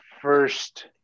first